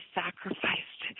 sacrificed